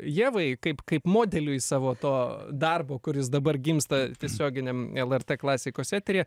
ievai kaip kaip modeliui savo to darbo kuris dabar gimsta tiesioginiam lrt klasikos eteryje